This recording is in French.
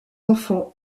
enfants